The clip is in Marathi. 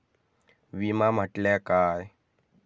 विमा म्हटल्या काय?